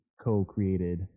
co-created